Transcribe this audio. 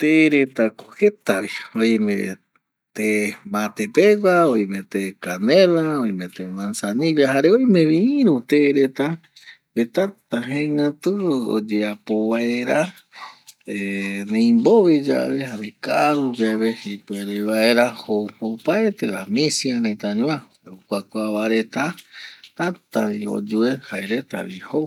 Te reta ko jeta vi, oime te mate pegua, oime te canela, oime te manzanilla jare oime vi iru te reta tata jegatu oyeapo vaera neimbove yave jare karu yave ipuere vaera jou opaete va misia retañoa okua kua va reta tata vi oyue, jae reta vi jou